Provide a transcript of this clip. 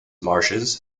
marshes